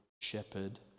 shepherd